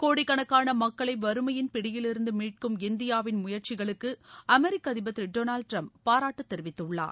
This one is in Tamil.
கோடிக்கணக்கான மக்களை வறுமையின் பிடியிலிருந்து மீட்கும் இந்தியாவின் முயற்சிகளுக்கு அமெரிக்க அதிபர் திரு டொனாவ்டு டிரம்ப் பாராட்டு தெரிவித்துள்ளார்